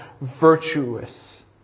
virtuous